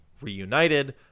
reunited